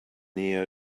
near